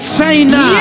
China